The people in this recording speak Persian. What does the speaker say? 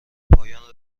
پایان